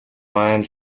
маань